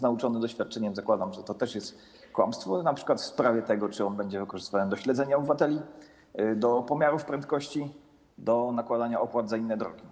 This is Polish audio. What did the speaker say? Nauczony doświadczeniem zakładam, że to też jest kłamstwo i np. w sprawie tego czy on będzie wykorzystany do śledzenia obywateli, do pomiarów prędkości, do nakładania opłat za inne drogi.